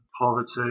poverty